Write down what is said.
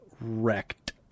wrecked